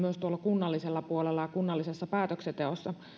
kunnallisella puolella ja kunnallisessa päätöksenteossa